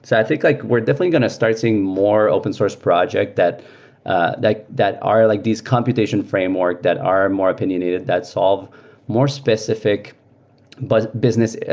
so i think like we're definitely going to start seeing more open source project that ah that are like these computation framework that are more opinionated that solve more specific but business,